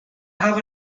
have